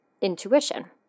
intuition